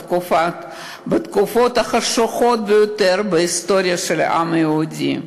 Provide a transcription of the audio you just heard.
בתקופות החשוכות ביותר בהיסטוריה של העם היהודי.